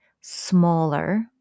smaller